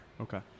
okay